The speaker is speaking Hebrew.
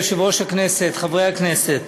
אדוני יושב-ראש הכנסת, חברי הכנסת,